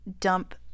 dump